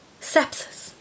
sepsis